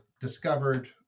discovered